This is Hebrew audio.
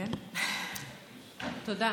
תודה.